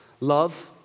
love